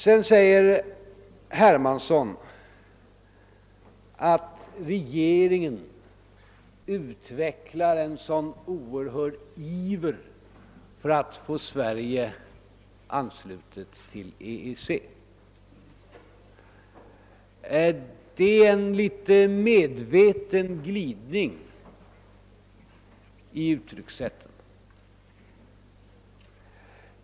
Vidare säger herr Hermansson att regeringen utvecklar en så oerhört stor iver för att få Sverige anslutet till EEC. Det är medvetet en liten glidning i uttryckssättet.